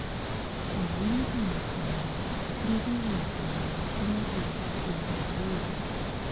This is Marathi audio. आळूना पानेस्न्या भज्या भलत्या भारी लागतीस